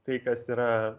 tai kas yra